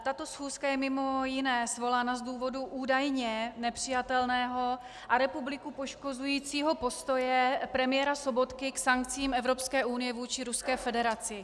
Tato schůzka je mimo jiné svolána z důvodu údajně nepřijatelného a republiku poškozujícího postoje premiéra Sobotky k sankcím Evropské unie vůči Ruské federaci.